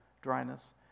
dryness